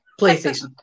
PlayStation